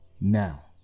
now